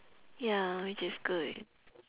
ya which is good